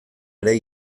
ere